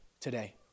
today